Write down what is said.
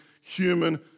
human